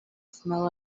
smell